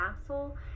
castle